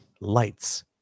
Lights